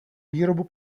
výrobu